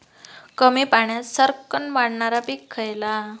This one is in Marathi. कमी पाण्यात सरक्कन वाढणारा पीक खयला?